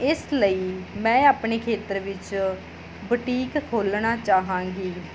ਇਸ ਲਈ ਮੈਂ ਆਪਣੇ ਖੇਤਰ ਵਿੱਚ ਬਟੀਕ ਖੋਲ੍ਹਣਾ ਚਾਹਵਾਂਗੀ